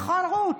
נכון, רות?